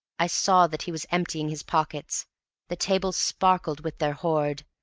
i saw that he was emptying his pockets the table sparkled with their hoard.